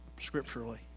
scripturally